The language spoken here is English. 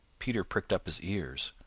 peter pricked up his ears.